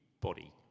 body